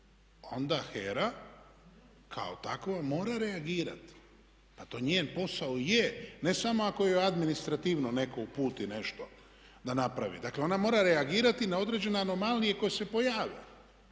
onda HERA kao takva mora reagirati. Pa to njen posao je, ne samo ako je administrativno netko uputi nešto da napravi. Dakle, ona mora reagirati na određene anomalije koje se pojave.